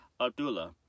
Abdullah